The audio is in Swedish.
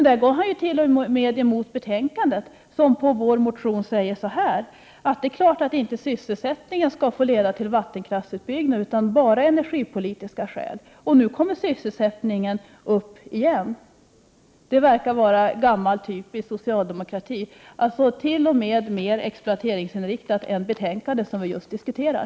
Där går han ju t.o.m. emot vad som står i betänkandet, som till svar på vår motion säger så här: Det är klart att inte sysselsättningen skall få leda till vattenkraftsutbyggnad, utan det skall bara vara energipolitiska skäl som får avgöra. — Men nu kommer sysselsättningen upp igen! Det verkar vara gammal typisk socialdemokrati, att alltså vara t.o.m. mer exploateringsinriktad än man är i det betänkande som vi just diskuterar.